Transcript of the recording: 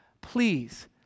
Please